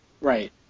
right